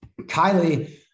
Kylie